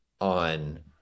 on